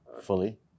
Fully